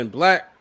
black